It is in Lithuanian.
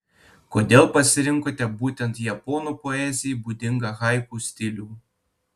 kodėl pasirinkote būtent japonų poezijai būdingą haiku stilių